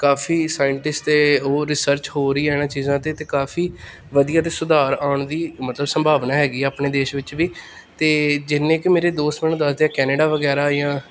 ਕਾਫੀ scientist ਅਤੇ ਉਹ research ਹੋ ਰਹੀ ਇਹਨਾਂ ਚੀਜ਼ਾਂ 'ਤੇ ਅਤੇ ਕਾਫੀ ਵਧੀਆ ਅਤੇ ਸੁਧਾਰ ਆਉਣ ਦੀ ਮਤਲਬ ਸੰਭਾਵਨਾ ਹੈਗੀ ਆ ਆਪਣੇ ਦੇਸ਼ ਵਿੱਚ ਵੀ ਅਤੇ ਜਿੰਨੇ ਕੁ ਮੇਰੇ ਦੋਸਤ ਮੈਨੂੰ ਦੱਸਦੇ ਕੈਨੇਡਾ ਵਗੈਰਾ ਜਾਂ